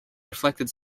reflected